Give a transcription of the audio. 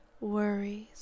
worries